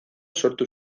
sortu